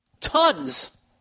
Tons